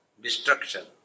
destruction